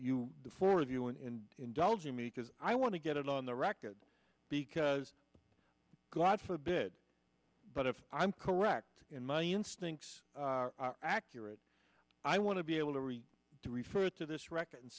you for you and indulging me because i want to get it on the record because god forbid but if i'm correct in my instincts are accurate i want to be able to read to refer to this record and